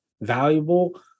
valuable